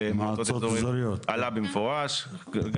במועצות אזוריות עלה במפורש בדיון הקודם.